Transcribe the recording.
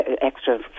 extra